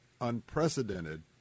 unprecedented